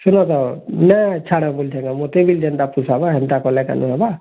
ଶୁନ ତ ନେ ଛାଡ଼୍ ବଲୁଛେଁ କାଏଁ ମୋତେ ବି ଯେନ୍ତା ପୁଷାବା ହେନ୍ତା କଲେ କା'ନ ହେବା